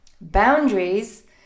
Boundaries